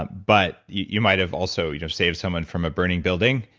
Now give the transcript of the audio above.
um but you might've also you know saved someone from a burning building.